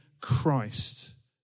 Christ